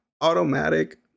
automatic